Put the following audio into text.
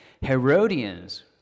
Herodians